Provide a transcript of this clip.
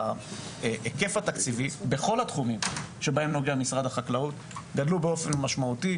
ההיקף התקציבי בכל התחומים בהם נוגע משרד החקלאות גדל באופן משמעותי,